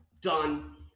done